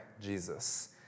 Jesus